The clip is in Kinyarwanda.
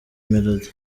melody